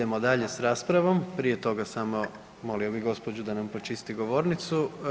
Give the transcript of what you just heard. Idemo dalje s raspravom, prije toga samo molio bih gospođu da nam počisti govornicu.